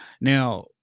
Now